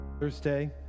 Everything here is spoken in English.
Thursday